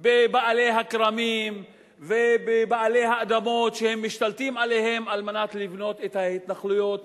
בבעלי הכרמים ובבעלי האדמות שהם משתלטים עליהם כדי לבנות את ההתנחלויות